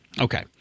Okay